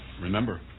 Remember